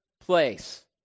place